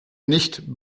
nicht